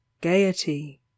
gaiety